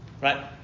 Right